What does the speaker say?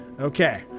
okay